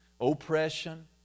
oppression